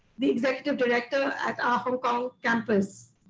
the executive director at our hong kong campus.